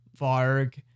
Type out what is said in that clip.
Varg